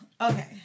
okay